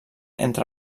entre